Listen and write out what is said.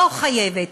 לא "חייבת".